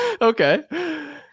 Okay